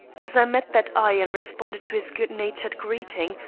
as i met that eye and responded to his good-natured greeting,